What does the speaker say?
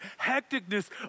hecticness